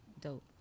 Dope